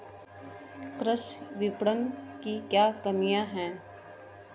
कृषि विपणन की क्या कमियाँ हैं?